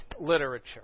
literature